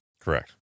Correct